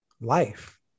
life